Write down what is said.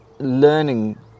learning